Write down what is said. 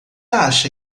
acha